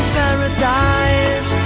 paradise